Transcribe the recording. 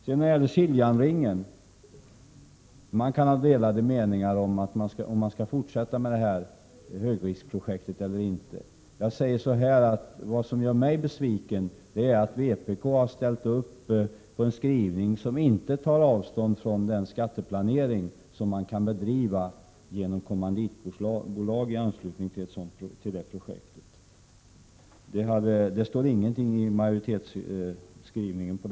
När det gäller Siljansringen råder det delade meningar om huruvida detta högriskprojekt skall fortsätta eller inte. Vad som gör mig besviken är att vpk har ställt sig bakom en skrivning där man inte tar avstånd från den skatteplanering som kan bedrivas genom kommanditbolag i anslutning till projektet. Det står ingenting om det i majoritetsskrivningen.